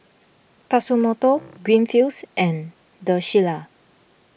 Tatsumoto Greenfields and the Shilla